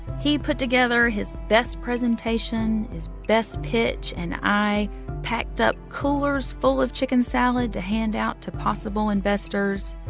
he put together his best presentation, his best pitch, and i packed up coolers full of chicken salad to hand out to possible investors.